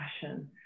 passion